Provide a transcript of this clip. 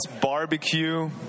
barbecue